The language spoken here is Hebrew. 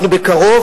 אנחנו בקרוב,